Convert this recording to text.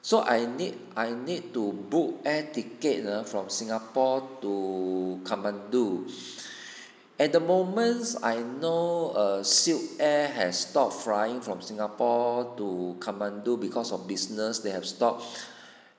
so I need I need to book air tickets ah from singapore to kathmandu at the moments I know err silk air has stop flying from singapore to kathmandu because of business they have stopped